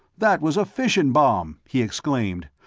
that was a fission bomb! he exclaimed.